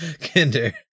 kinder